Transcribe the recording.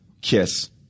kiss